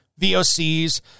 VOCs